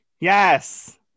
Yes